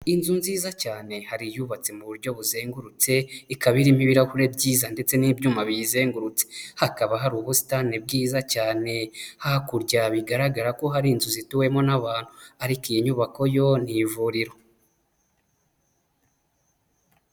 Inzu nziza cyane, hari iyubatse mu buryo buzengurutse, ikaba irimo ibirahure byiza ndetse n'ibyuma biyizengurutse. Hakaba hari ubusitani bwiza cyane. Hakurya bigaragara ko hari inzu zituwemo n'abantu ariko iyi nyubako yo ni ivuriro.